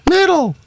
Middle